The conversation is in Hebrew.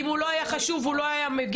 אם הוא לא היה חשוב הוא לא היה מגיע,